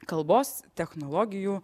kalbos technologijų